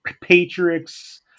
Patriots